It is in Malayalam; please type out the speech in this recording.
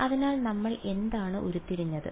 അതിനാൽ നമ്മൾ എന്താണ് ഉരുത്തിരിഞ്ഞത്